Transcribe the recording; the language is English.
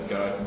God